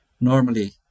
normally